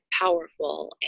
powerful